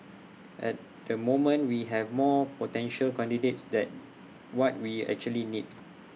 at the moment we have more potential candidates that what we actually need